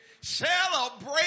Celebrate